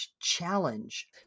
challenge